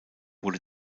wurde